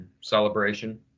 celebration